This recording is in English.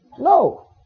no